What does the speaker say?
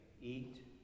eat